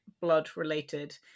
blood-related